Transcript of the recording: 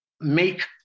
make